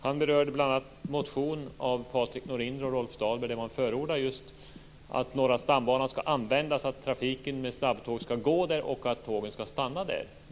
Han berörde bl.a. en motion av Patrik Norinder och Rolf Dahlberg där man just förordar att Norra stambanan skall användas, att snabbtågstrafiken skall gå där och att tågen skall stanna där.